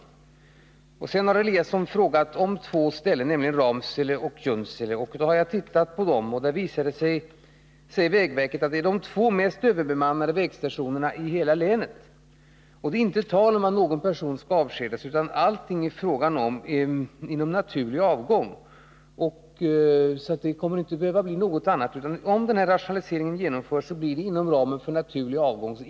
Björn Eliasson har också frågat om två orter, nämligen Ramsele och Junsele. Jag har tittat på hur det förhåller sig där. Det visar sig, säger vägverket, att det är de två mest överbemannade vägstationerna i hela länet. Och det är inte tal om att någon person skall avskedas. Om den här rationaliseringen genomförs, så blir det inom ramen för naturlig avgång.